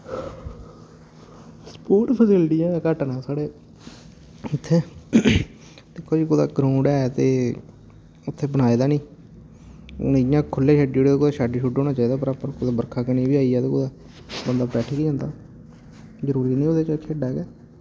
sports फैसिलिटियां अज्जें घट्ट न साढ़े इत्थै ते कोई कुतै ग्राउंड ऐ ते उत्थै बनाए दा निं हून इ'यां खुल्ले खेडे कोई शैड शुड होना चाहिदा प्रापर कुतै बरखा कनि बी आइया ते कुतै बंदा बैठी बी जंदा जरूरी निं ओह्दे च खेडै गै